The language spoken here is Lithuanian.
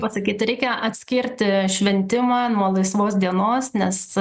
pasakyti reikia atskirti šventimą nuo laisvos dienos nes